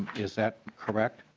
is that correct?